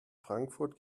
frankfurt